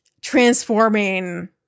transforming